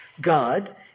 God